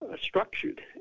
structured